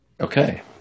Okay